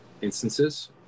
instances